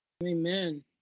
Amen